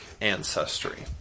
ancestry